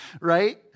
right